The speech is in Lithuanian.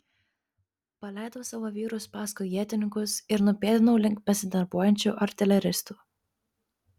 paleidau savo vyrus paskui ietininkus ir nupėdinau link besidarbuojančių artileristų